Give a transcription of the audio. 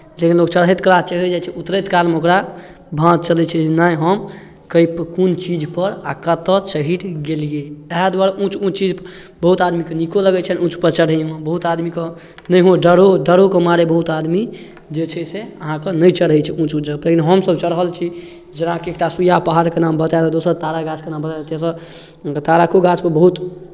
लेकिन ओ चढ़ैत कला चढ़ि जाइ छै उतरैत कालमे ओकरा भाँज चलै छै जे नहि हम कै प कोन चीजपर आ कतय चढ़ि गेलियै ताहि दुआरे ऊँच ऊँच चीजपर बहुत आदमीके नीको लगै छनि ऊँचपर चढ़ैमे बहुत आदमीके नहिओ डरो डरोके मारे बहुत आदमी जे छै से अहाँके नहि चढ़ै छथि ऊँच ऊँच जगहपर हमसभ चढ़ल छी जेनाकि एकटा सुइआ पहाड़के नाम बता देलहुँ दोसर ताड़क गाछके नाम बता देलहुँ तेसर ताड़ोके गाछपर बहुत